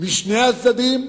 לשני הצדדים,